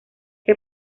que